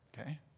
Okay